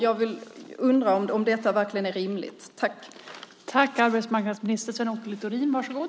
Jag undrar om detta verkligen är rimligt.